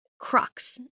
crux